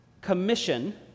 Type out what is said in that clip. commission